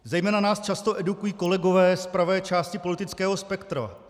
Zejména nás často edukují kolegové z pravé části politického spektra.